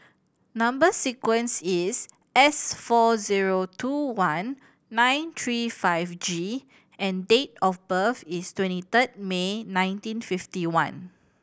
number sequence is S four zero two one nine three five G and date of birth is twenty third May nineteen fifty one